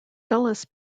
dulles